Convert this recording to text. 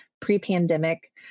pre-pandemic